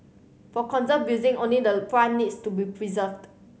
for conserved building only the front needs to be preserved